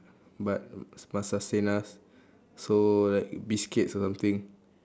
but must sustain us so like biscuits or something